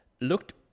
looked